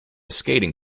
skating